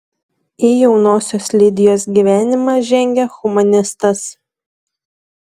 į jaunosios lidijos gyvenimą žengia humanistas